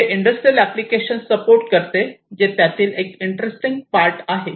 हे industrial application support करते जे त्यातील एक इंटरेस्टिंग पार्ट आहे